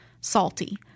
salty